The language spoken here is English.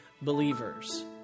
Believers